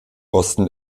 osten